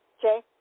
Jay